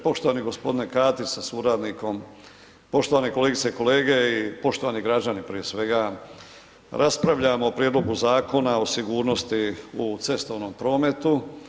Poštovani g. Katić sa suradnikom, poštovane kolegice i kolege i poštovani građani prije svega, raspravljamo o prijedlogu Zakona o sigurnosti u cestovnom prometu.